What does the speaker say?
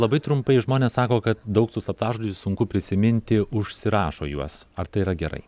labai trumpai žmonės sako kad daug tų slaptažodžių sunku prisiminti užsirašo juos ar tai yra gerai